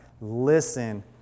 listen